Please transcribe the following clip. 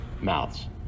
mouths